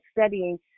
studying